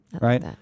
right